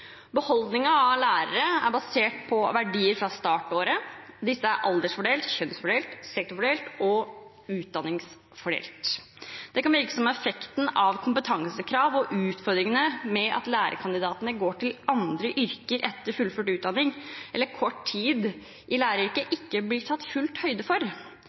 av lærere er basert på verdier fra startåret. Disse er aldersfordelt, kjønnsfordelt, sektorfordelt og utdanningsfordelt. Det kan virke som om det ikke blir fullt ut tatt høyde for effekten av kompetansekrav og utfordringene med at lærerkandidatene går til andre yrker etter fullført utdanning eller blir kort tid i læreryrket.